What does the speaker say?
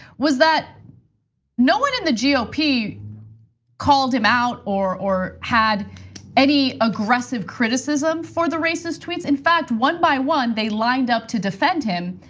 was that no one in the ah gop called him out or or had any aggressive criticism for the racist tweets. in fact, one by one they lined up to defend him,